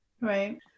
right